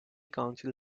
council